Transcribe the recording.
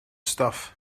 stuff